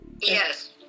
Yes